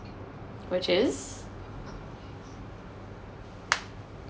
which is